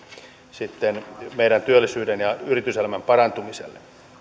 sitten meidän työllisyyden ja yrityselämän parantumiselle